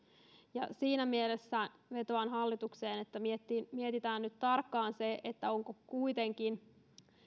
siinä mielessä vetoan hallitukseen että mietitään nyt vielä tarkkaan onko kuitenkin